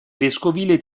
vescovile